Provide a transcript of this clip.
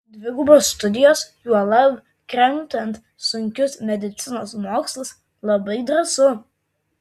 dvigubos studijos juolab kremtant sunkius medicinos mokslus labai drąsu